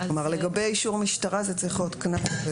לגבי אישור משטרה זה צריך להיות קנס.